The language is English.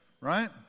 right